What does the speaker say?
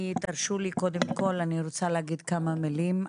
תרשו לי, קודם כל אני רוצה להגיד כמה מילים.